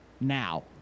now